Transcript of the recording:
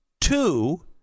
two